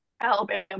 alabama